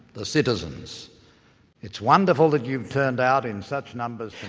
the citizens it's wonderful that you've turned out in such numbers